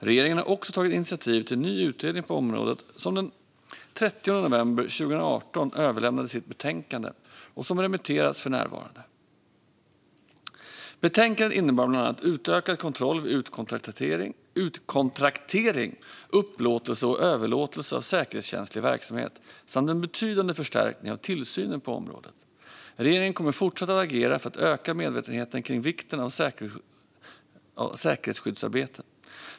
Regeringen har också tagit initiativ till en ny utredning på området som den 30 november 2018 överlämnade sitt betänkande, som för närvarande remitteras. Betänkandet innebär bland annat utökad kontroll vid utkontraktering, upplåtelse och överlåtelse av säkerhetskänslig verksamhet samt en betydande förstärkning av tillsynen på området. Regeringen kommer fortsatt att agera för att öka medvetenheten kring vikten av säkerhetsskyddsarbetet.